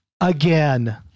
again